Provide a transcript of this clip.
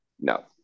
No